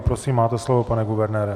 Prosím, máte slovo, pane guvernére.